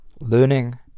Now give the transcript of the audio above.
learning